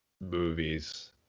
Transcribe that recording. movies